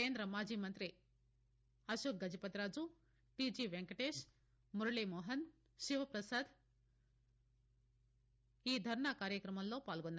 కేంద్ర మాజీ మంగ్రి అశోక్గజపతిరాజు టీజీ వెంకటేష్ మురళీమోహన్ శివప్రసాద్ మితులు ఈ ధర్నా కార్యక్రమంలో పాల్గొన్నారు